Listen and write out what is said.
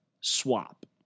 swap